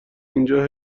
اینجا